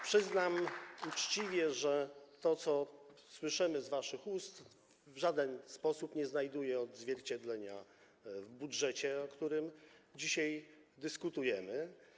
Przyznam uczciwie, że to, co słyszymy z waszych ust, w żaden sposób nie znajduje odzwierciedlenia w budżecie, o którym dzisiaj dyskutujemy.